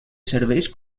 serveis